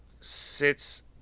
sits